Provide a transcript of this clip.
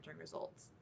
results